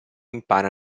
impara